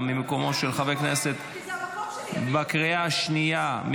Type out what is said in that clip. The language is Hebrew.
ממקומו של חבר הכנסת חנוך מלביצקי בקריאה השנייה.